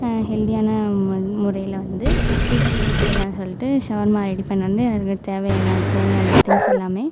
ஹெல்த்தியான முறையில் வந்து வீட்லேயே செய்லாம்னு சொல்லிட்டு சவர்மா ரெடி பண்ணேன் வந்து எனக்கு தேவையான தேவையான திங்க்ஸ் எல்லாம்